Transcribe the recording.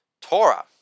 Torah